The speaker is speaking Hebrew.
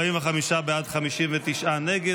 45 בעד, 59 נגד.